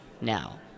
Now